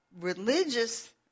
Religious